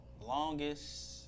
Longest